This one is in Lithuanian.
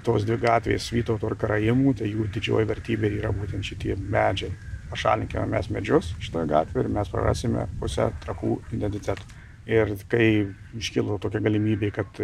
tos dvi gatvės vytauto ir karaimų ta jų didžioji vertybė yra būtent šitie medžiai pašalinkime mes medžius šitoj gatvėj ir mes prarasime pusę trakų identiteto ir kai iškilo tokia galimybė kad